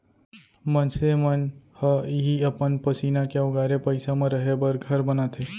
मनसे मन ह इहीं अपन पसीना के ओगारे पइसा म रहें बर घर बनाथे